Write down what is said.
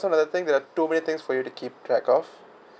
some of the thing there are too many things for you to keep track of